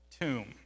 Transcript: Tomb